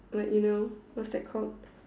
like you know what's that called